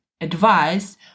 advice